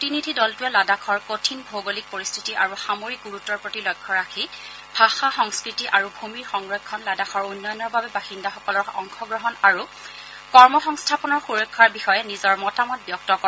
প্ৰতিনিধি দলটোৱে লাডাখৰ কঠিন ভৌগোলিক পৰিস্থিতি আৰু সামৰিক গুৰুত্বৰ প্ৰতি লক্ষ্য ৰাখি ভাষা সংস্কৃতি আৰু ভূমিৰ সংৰক্ষণ লাডাখৰ উন্নয়নৰ বাবে বাসিন্দাসকলৰ অংশগ্ৰহণ আৰু কৰ্মসংস্থাপনৰ সুৰক্ষাৰ বিষয়ে নিজৰ মতামত ব্যক্ত কৰে